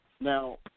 Now